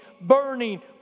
burning